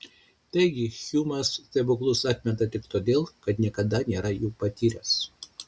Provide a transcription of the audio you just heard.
taigi hjumas stebuklus atmeta tik todėl kad niekada nėra jų patyręs